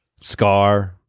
Scar